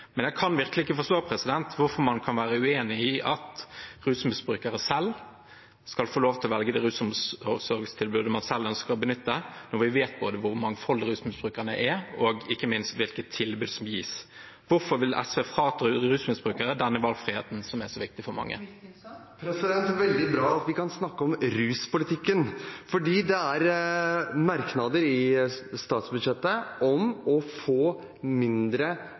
men jeg kan virkelig ikke forstå hvorfor man kan være uenig i at rusmisbrukere selv skal få velge det rusomsorgstilbudet de selv ønsker å benytte, når vi vet hvor mangfoldige rusmisbrukerne er, og ikke minst hvilket tilbud som gis. Hvorfor vil SV frata rusmisbrukere denne valgfriheten, som er så viktig for mange? Det er veldig bra at vi kan snakke om ruspolitikken. Det er merknader til statsbudsjettet om å få